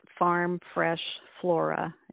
farmfreshflora